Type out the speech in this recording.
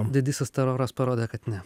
didysis teroras parodė kad ne